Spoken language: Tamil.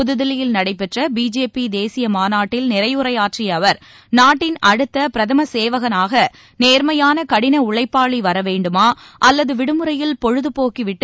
புதுதில்லியில் நடைபெற்ற பிஜேபி தேசிய மாநாட்டில் நிறைவுரையாற்றிய அவர் நாட்டின் அடுத்த பிரதம சேவகனகாக நேர்மையான கடின உழைப்பாளி வர வேண்டுமா அல்லது விடுமுறையில் பொழுதுபோக்கிவிட்டு